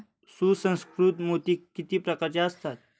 सुसंस्कृत मोती किती प्रकारचे असतात?